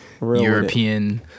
European